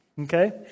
okay